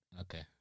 Okay